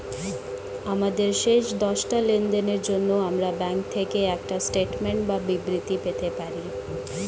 আমাদের শেষ দশটা লেনদেনের জন্য আমরা ব্যাংক থেকে একটা স্টেটমেন্ট বা বিবৃতি পেতে পারি